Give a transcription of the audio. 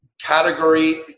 category